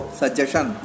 suggestion